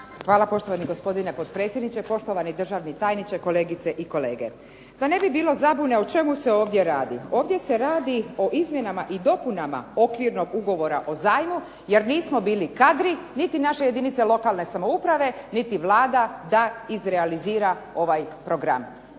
Hvala. Poštovani gospodine potpredsjedniče, poštovani državni tajniče, kolegice i kolege. Da ne bi bilo zabune o čemu se ovdje radi. Ovdje se radi o izmjenama i dopunama okvirnog ugovora o zajmu, jer nismo bili kadri niti naše jedinice lokalne samouprave niti Vlada da izrealizira ovaj program.